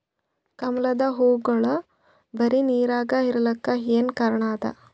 ಕಮಲದ ಹೂವಾಗೋಳ ಬರೀ ನೀರಾಗ ಇರಲಾಕ ಏನ ಕಾರಣ ಅದಾ?